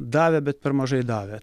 davė bet per mažai davė